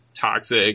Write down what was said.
toxic